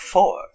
Four